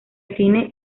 cine